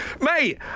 Mate